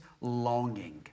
longing